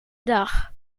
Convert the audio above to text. dag